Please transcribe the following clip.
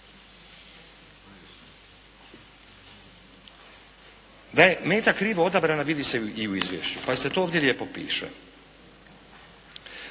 Da je meta krivo odabrana vidi se i u izvješću, pazite to ovdje lijepo piše.